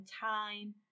time